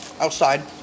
outside